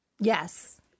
Yes